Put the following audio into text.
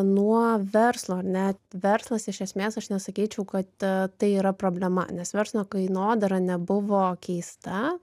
nuo verslo ar ne verslas iš esmės aš nesakyčiau kad tai yra problema nes verslo kainodara nebuvo keista